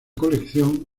colección